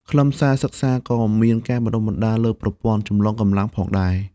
ខ្លឹមសារសិក្សាក៏មានការបណ្តុះបណ្តាលលើប្រព័ន្ធចម្លងកម្លាំងផងដែរ។